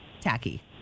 tacky